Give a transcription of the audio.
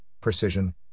precision